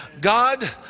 god